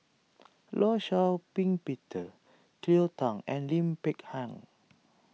Law Shau Ping Peter Cleo Thang and Lim Peng Han